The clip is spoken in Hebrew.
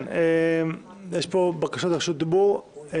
יש פה בקשות רשות דיבור.